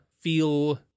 feel